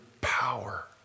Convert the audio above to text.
power